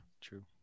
true